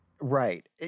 right